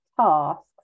tasks